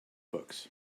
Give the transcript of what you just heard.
books